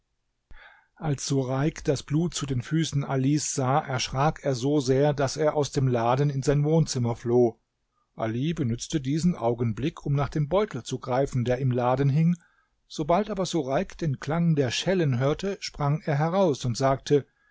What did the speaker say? als sureik das blut zu den füßen alis sah erschrak er so sehr daß er aus dem laden in sein wohnzimmer floh ali benützte diesen augenblick um nach dem beutel zu greifen der im laden hing sobald aber sureik den klang der schellen hörte sprang er heraus und sagte